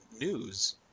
news